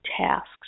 tasks